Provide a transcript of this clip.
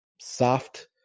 soft